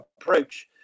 approach